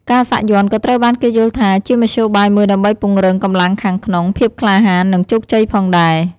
ការសាក់យ័ន្តក៏ត្រូវបានគេយល់ថាជាមធ្យោបាយមួយដើម្បីពង្រឹងកម្លាំងខាងក្នុង ភាពក្លាហាន និងជោគជ័យផងដែរ។